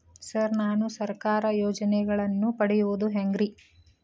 Sir ನಾನು ಸರ್ಕಾರ ಯೋಜೆನೆಗಳನ್ನು ಪಡೆಯುವುದು ಹೆಂಗ್ರಿ?